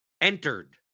entered